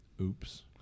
Oops